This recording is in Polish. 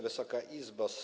Wysoka Izbo!